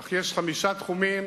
אך יש חמישה תחומים